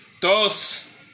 Dos